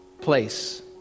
place